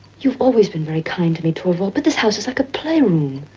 you've always been very kind to me, torvald, but this house is like a play room.